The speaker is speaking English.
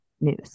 news